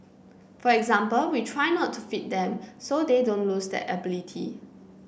for example we try not to feed them so they don't lose that ability